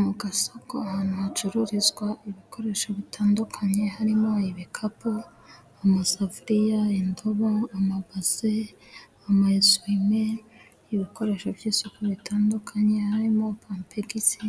Mu gasoko ahantu hacururizwa, ibikoresho bitandukanye, harimo ibikapu, amasafuriya, indobo, amabase, amasume . Ibikoresho by'isuku bitandukanye, harimo pampegise,